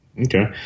Okay